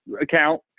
account